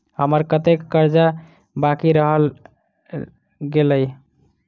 हम्मर कत्तेक कर्जा बाकी रहल गेलइ?